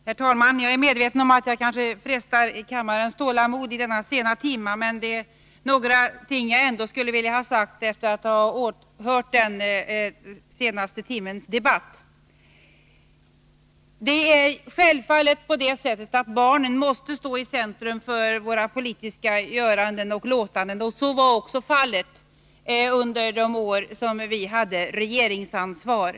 Herr talman! Jag är medveten om att jag kanske frestar kammarens tålamod i denna sena timma, men det är några ting jag ändå skulle vilja ha sagt efter att ha åhört den senaste timmens debatt. Det är självfallet på det sättet att barnen måste stå i centrum för våra politiska göranden och låtanden. Så var också fallet under de år då vi hade regeringsansvar.